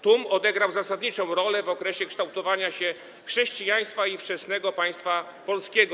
Tum odegrał zasadniczą rolę w okresie kształtowania się chrześcijaństwa i wczesnego państwa polskiego.